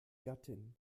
gattin